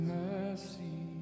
mercy